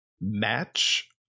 Match